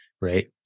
right